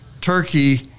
Turkey